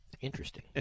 Interesting